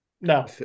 no